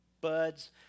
buds